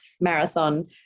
marathon